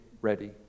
ready